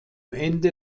ende